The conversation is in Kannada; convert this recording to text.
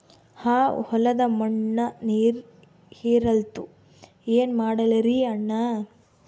ಆ ಹೊಲದ ಮಣ್ಣ ನೀರ್ ಹೀರಲ್ತು, ಏನ ಮಾಡಲಿರಿ ಅಣ್ಣಾ?